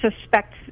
suspect